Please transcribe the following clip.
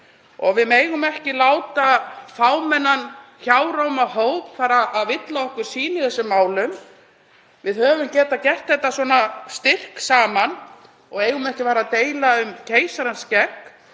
Við megum ekki láta fámennan hjáróma hóp fara að villa okkur sýn í þessum málum. Við höfum getað gert þetta svona styrk saman og eigum ekki að fara að deila um keisarans skegg.